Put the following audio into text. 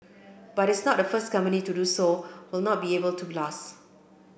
but it is not the first company to do so will not be able to last